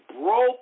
broke